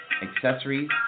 accessories